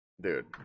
Dude